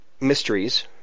mysteries